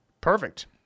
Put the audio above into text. perfect